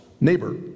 neighbor